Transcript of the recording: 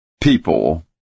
people